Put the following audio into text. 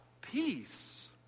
peace